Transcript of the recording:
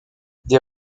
des